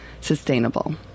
sustainable